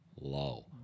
low